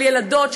של ילדות,